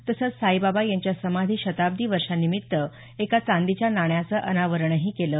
तसंच साईबाबा यांच्या समाधी शताब्दी वर्षानिमित्त एका चांदीच्या नाण्याचं अनावरणही केली